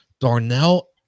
Darnell